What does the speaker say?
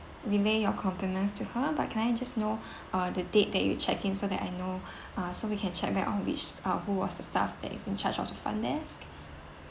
relay your compliments to her but can I just know uh the date that you check in so that I know uh so we can check back on which uh who was the staff that in charge at the front desk